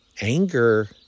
anger